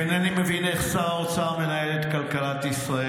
אינני מבין איך שר האוצר מנהל את כלכלת ישראל.